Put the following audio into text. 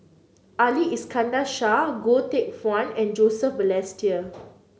Ali Iskandar Shah Goh Teck Phuan and Joseph Balestier